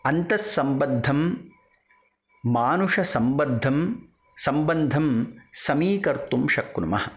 अन्तःसम्बद्धं मानुषसम्बद्धं सम्बन्धं समीकर्तुं शक्नुमः